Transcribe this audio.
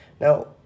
Now